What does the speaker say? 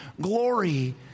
glory